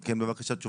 כן, בבקשה, תשובה?